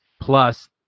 plus